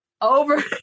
over